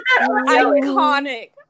iconic